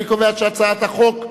אני קובע שהצעת החוק,